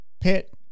pit